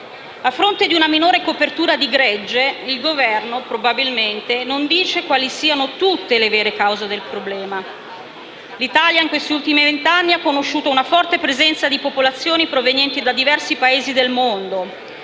A fronte di una minore copertura di gregge il Governo probabilmente non dice quali siano tutte le vere cause del problema. L'Italia in questi ultimi vent'anni ha conosciuto una forte presenza di popolazioni provenienti da diversi Paesi del mondo.